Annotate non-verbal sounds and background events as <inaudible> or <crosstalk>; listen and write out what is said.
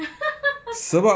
<laughs>